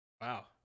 Wow